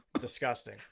disgusting